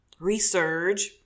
resurge